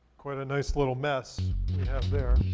quite a nice little mess we have there.